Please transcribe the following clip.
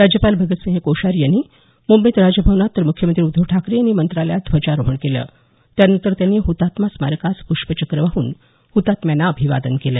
राज्यपाल भगतसिंह कोश्यारी यांनी मुंबईत राजभवनात तर मुख्यमंत्री उद्धव ठाकरे यांनी मंत्रालयात ध्वजारोहण केलं त्यानंतर त्यांनी हुतात्मा स्मारकास प्ष्पचक्र वाहून हुतात्म्यांना अभिवादन केलं